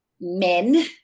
men